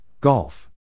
Golf